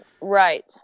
Right